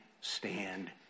stand